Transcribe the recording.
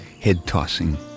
head-tossing